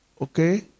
Okay